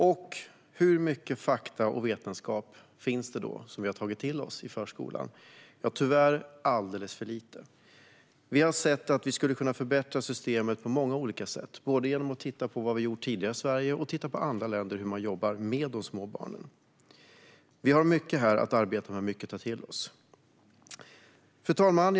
Hur mycket fakta och vetenskap finns det då som vi har tagit till oss när det gäller förskolan? Tyvärr alldeles för lite. Vi skulle kunna förbättra systemet på olika sätt, både genom att titta på vad vi gjort tidigare i Sverige och genom att titta på hur andra länder jobbar med de små barnen. Här har vi mycket att arbeta med och mycket att ta till oss. Fru talman!